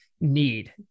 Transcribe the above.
need